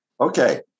Okay